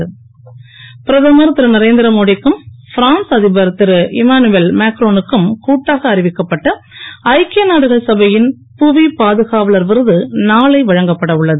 விருது பிரதமர் திரு நரேந்திரமோடிக்கும் பிரான்ஸ் அதிபர் திரு இமானுவேல் மேக்ரோனுக்கும் கூட்டாக அறிவிக்கப்பட்ட ஐக்கிய நாடுகள் சபையின் புவி பாதுகாவலர் விருது நாளை வழங்கப்பட உள்ளது